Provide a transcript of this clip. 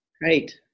great